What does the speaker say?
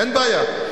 אין בעיה.